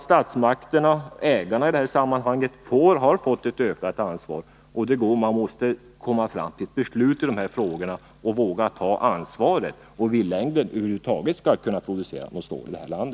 Statsmakterna — ägarna i detta sammanhang — har ju fått ett ökat ansvar, och man måste komma fram till beslut och våga ta ansvaret om vi över huvud taget skall kunna producera något stål i detta land.